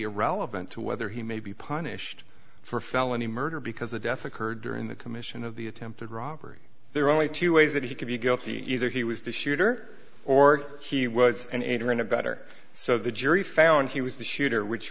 irrelevant to whether he may be punished for a felony murder because a death occurred during the commission of the attempted robbery there are only two ways that he could be guilty either he was the shooter or he was an aider and abettor so the jury found he was the shooter which